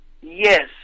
yes